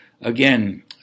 Again